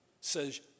says